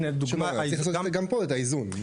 צריך לעשות גם פה את האיזון.